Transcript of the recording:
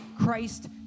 Christ